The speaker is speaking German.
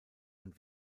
und